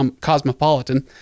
cosmopolitan